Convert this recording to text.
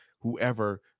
whoever